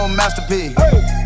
masterpiece